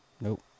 nope